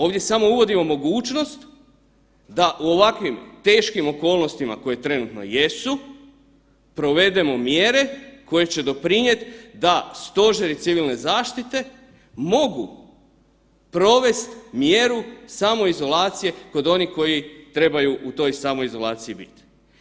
Ovdje samo uvodimo mogućnost da u ovakvim teškim okolnostima koje trenutno jesu provedemo mjere koje će doprinijeti da stožeri civilne zaštite mogu provest mjeru samoizolacije kod onih koji trebaju u toj samoizolaciji biti.